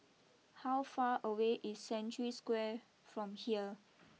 how far away is Century Square from here